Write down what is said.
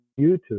YouTube